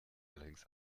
allerdings